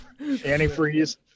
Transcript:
Antifreeze